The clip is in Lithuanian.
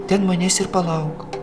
ten manęs ir palauk